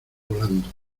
volando